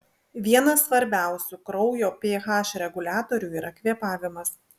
vienas svarbiausių kraujo ph reguliatorių yra kvėpavimas